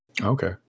Okay